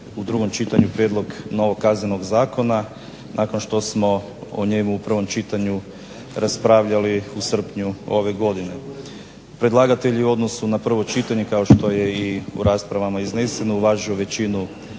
u drugom čitanju prijedlog drugog Kaznenog zakona nakon što smo o njemu u prvom čitanju raspravljali u srpnju ove godine. Predlagatelj u odnosu na prvo čitanje kao što je i u raspravama izneseno uvažio većinu